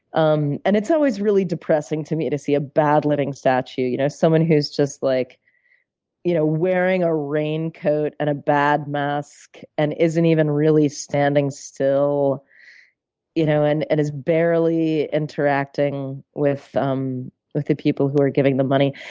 um and it's always really depressing to me to see a bad living statue, you know someone who's just like you know wearing a raincoat and a bad mask and isn't even really standing still you know and and is barely interacting with um with the people who are giving the money.